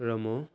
र म